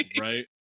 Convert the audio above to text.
right